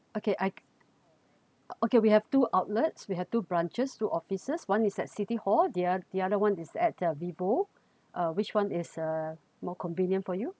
okay I okay we have two outlets we have two branches two offices one is at city hall the the other one is at uh vivo uh which one is uh more convenient for you